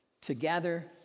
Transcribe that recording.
together